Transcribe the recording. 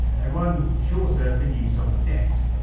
and one shorter for use on the desk.